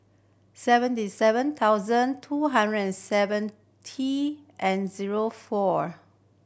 seventy seven thousand two hundred and seventy and zero four